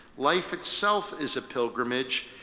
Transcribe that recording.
life itself is a pilgrimage,